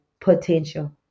potential